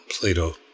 Plato